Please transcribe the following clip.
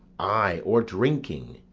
ay, or drinking,